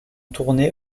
tournée